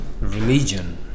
religion